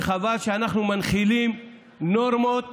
חבל שאנחנו מנחילים נורמות